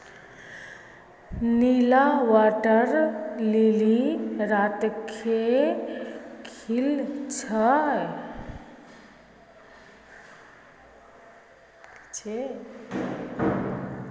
नीला water lily रात के खिल छे